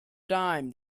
dime